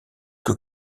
que